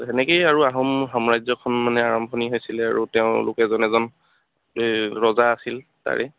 তো সেনেকৈয়ে আৰু আহোম সাম্ৰাজ্যখ্ন মানে আৰম্ভণি হৈছিল আৰু তেওঁলোক এজন এজন ৰজা আছিল তাৰে